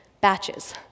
batches